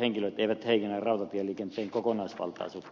henkilöt eivät heikennä rautatieliikenteen kokonaisvaltaisuutta